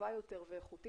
טובה יותר ואיכותית.